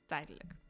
Tijdelijk